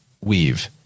weave